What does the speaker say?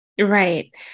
Right